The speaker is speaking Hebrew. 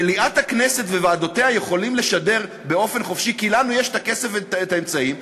מליאת הכנסת וועדותיה יכולות לשדר באופן חופשי כי לנו יש הכסף והאמצעים,